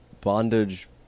bondage